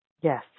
yes